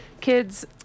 kids